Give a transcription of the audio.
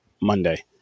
Monday